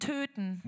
Töten